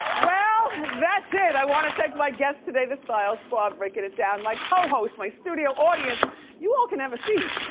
well, that's it. i want to thank my guests today, the style squad, breaking it down, my co-host, my studio audience you all can have a seat!